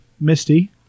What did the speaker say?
Misty